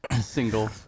single